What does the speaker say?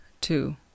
two